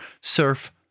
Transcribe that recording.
surf